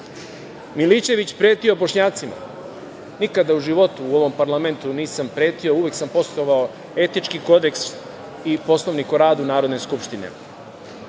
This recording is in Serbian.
pretio Bošnjacima“. Nikada u životu u ovom parlamentu nisam pretio, uvek sam poštovao Etički kodeks i Poslovnik o radu Narodne skupštine.